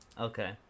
Okay